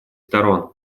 сторон